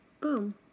boom